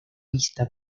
vista